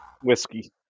Whiskey